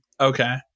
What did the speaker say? okay